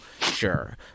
Sure